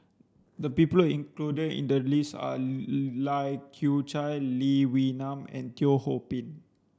the people included in the list are Lai Kew Chai Lee Wee Nam and Teo Ho Pin